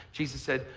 jesus said,